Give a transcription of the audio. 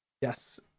Yes